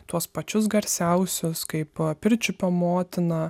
tuos pačius garsiausius kaip a pirčiupio motiną